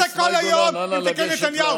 חברת הכנסת מאי גולן, אנא, לגשת למיקרופון.